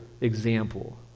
example